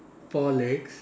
four legs